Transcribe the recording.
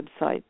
website